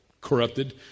corrupted